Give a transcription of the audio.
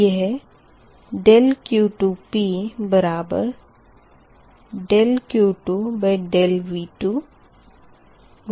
यह ∆Q2∆Q2∆V2∆V2 है